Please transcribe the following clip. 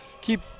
keep